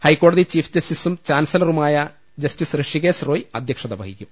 ഹൈക്കോടതി ചീഫ് ജസ്റ്റിസും ചാൻസലറുമായ ജസ്റ്റിസ് ഋഷികേശ് റോയ് അധ്യക്ഷത വഹിക്കും